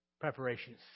preparations